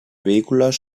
vehículos